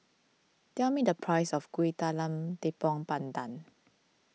tell me the price of Kuih Talam Tepong Pandan